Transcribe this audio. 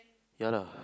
ya lah